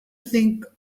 think